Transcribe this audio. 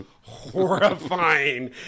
horrifying